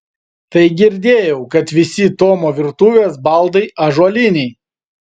tai girdėjau kad visi tomo virtuvės baldai ąžuoliniai